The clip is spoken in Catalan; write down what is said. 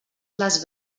les